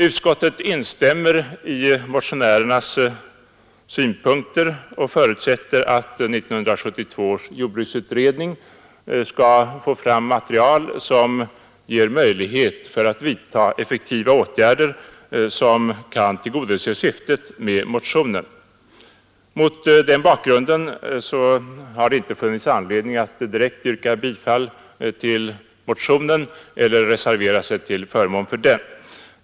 Utskottet instämmer i motionärernas synpunkter och förutsätter att 1972 års jordbruksutredning skall få fram material som gör det möjligt att vidta åtgärder som kan tillgodose motionens syfte. Mot denna bakgrund har det inte funnits anledning att direkt yrka bifall till motionen eller reservera sig till förmån för den.